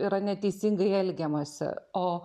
yra neteisingai elgiamasi o